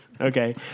Okay